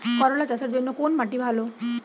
করলা চাষের জন্য কোন মাটি ভালো?